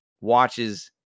watches